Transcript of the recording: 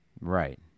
Right